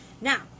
Now